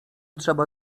trzeba